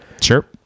Sure